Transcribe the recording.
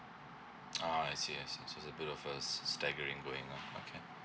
ah I see I see so it's be the first staggering going out okay